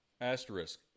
Asterisk